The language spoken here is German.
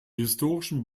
historischen